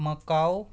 Macau